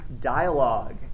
dialogue